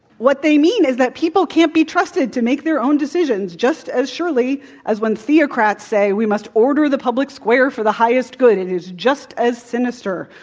what they mean is that people can't be trusted to make their own decisions. just as surely as when theocrats say, we must order the public square for the highest good, it is just as sinister.